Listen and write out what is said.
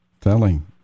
Telling